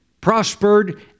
prospered